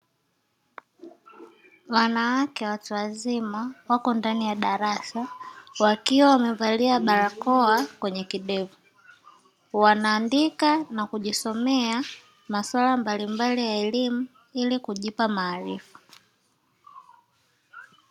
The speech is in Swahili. Wanawake watu wazima wako ndani ya darasa wakiwa wamevalia barakoa kwenye kidevu, wanaandika na kujisomea maswala mbalimbali ya elimu ili kujipa maarifa.